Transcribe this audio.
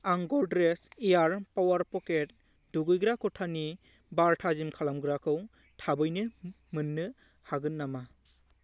आं Godrej air power pocket दुगैग्रा खथानि बार थाजिम खालामग्राखौ थाबैनो मोन्नो हागोन नामा